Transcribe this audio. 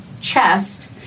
chest